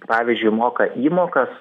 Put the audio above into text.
pavyzdžiui moka įmokas